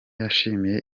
yashimye